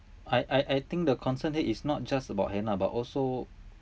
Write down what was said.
I I I think the concern here is not just about hannah but also